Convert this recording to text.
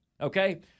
okay